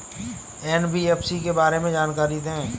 NBFC के बारे में जानकारी दें?